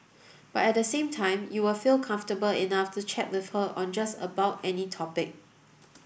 but at the same time you will feel comfortable enough to chat with her on just about any topic